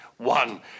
One